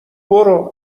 برو